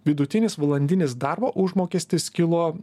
vidutinis valandinis darbo užmokestis kilo